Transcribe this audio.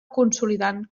consolidant